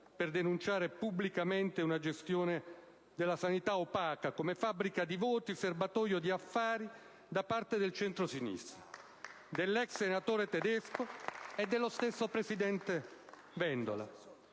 per denunciare pubblicamente una gestione della sanità opaca, come fabbrica di voti e serbatoio di affari, da parter del centrosinistra, dell'ex assessore Tedesco e dello stesso presidente Vendola.